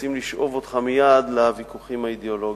שמנסים לשאוב אותך מייד לוויכוחים האידיאולוגיים.